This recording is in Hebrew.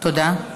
תודה.